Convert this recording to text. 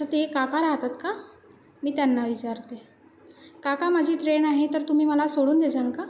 अच्छा ते काका राहतात का मी त्यांना विचारते काका माझी ट्रेन आहे तर तुम्ही मला सोडून देजाल का